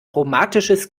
romatisches